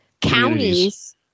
counties